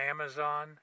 Amazon